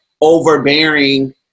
overbearing